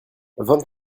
vingt